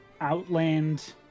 outland